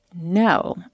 no